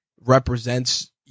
represents